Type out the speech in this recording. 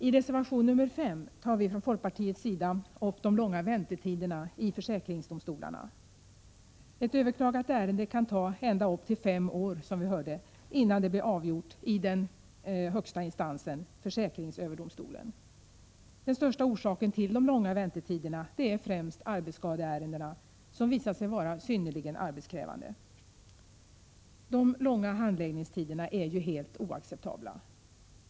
I reservation 5 tar vi från folkpartiets sida upp de långa väntetiderna i försäkringsdomstolarna. Som vi hörde, kan det ta ända upp till fem år innan ett överklagat ärende blir avgjort i den högsta instansen, försäkringsöverdomstolen. Den främsta orsaken till de långa väntetiderna är arbetsskadeärendena, som visat sig vara synnerligen arbetskrävande. De långa handläggningstiderna är helt oacceptabla.